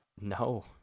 No